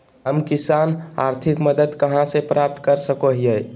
हम किसान आर्थिक मदत कहा से प्राप्त कर सको हियय?